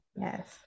yes